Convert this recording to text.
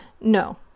No